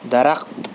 درخت